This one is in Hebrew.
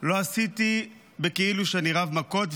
לא עשיתי כאילו שאני רב מכות,